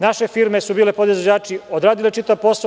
Naše firme su bile podizvođači i odradile su čitav posao.